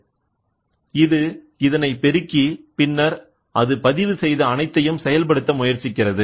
எனவே இது இதனை பெருக்கி பின்னர் அது பதிவு செய்த அனைத்தையும் செயல்படுத்த முயற்சிக்கிறது